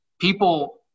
people